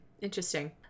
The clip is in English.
Interesting